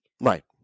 right